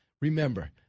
Remember